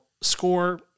score